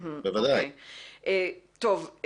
גב'